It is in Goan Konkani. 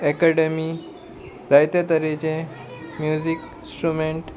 एकॅडमी जायते तरेचे म्युजीक इंस्ट्रुमेंट